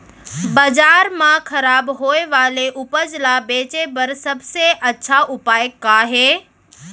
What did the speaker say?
बाजार मा खराब होय वाले उपज ला बेचे बर सबसे अच्छा उपाय का हे?